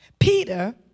Peter